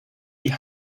die